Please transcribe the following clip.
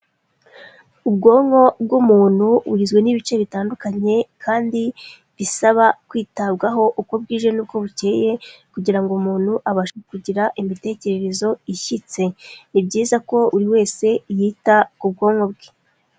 Ubwonko bw'umuntu bugizwe n'ibice bitandukanye kandi bisaba kwitabwaho uko bwije n'uko bukeye kugira ngo umuntu abashe kugira imitekerereze ishyitse, ni byiza ko buri wese yita ku bwonko bwe.